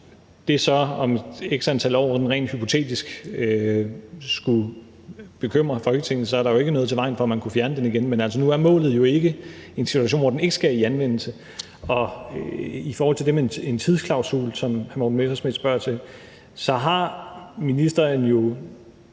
det så om x antal år rent hypotetisk skulle bekymre Folketinget, er der jo ikke noget i vejen for, at man kunne fjerne den igen. Men nu er målet jo ikke en situation, hvor den ikke skal i anvendelse. I forhold til det med en tidsklausul, som hr. Morten Messerschmidt spørger til, har ministeren jo